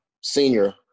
senior